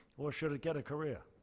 or should it get a career?